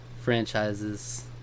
franchises